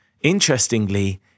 interestingly